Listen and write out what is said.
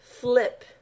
Flip